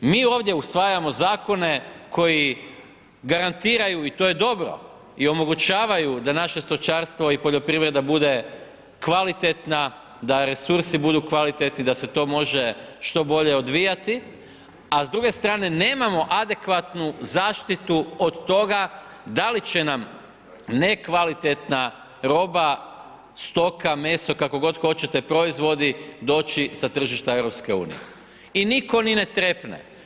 Mi ovdje usvajamo zakone koji garantiraju i to je dobro i omogućavaju da naše stočarstvo i poljoprivreda bude kvalitetna, da resursi budu kvalitetni, da se to može što bolje odvijati, a s druge strane nemamo adekvatnu zaštitu od toga da li će nam nekvalitetna roba, stoka, meso, kako god hoćete, proizvodi, doći sa tržišta EU i nitko ni ne trepne.